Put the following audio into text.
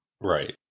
Right